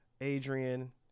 Adrian